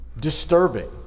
disturbing